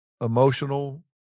emotional